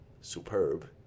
superb